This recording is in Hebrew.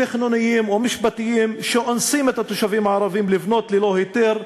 תכנוניים או משפטיים שאונסים את התושבים הערבים לבנות ללא היתר,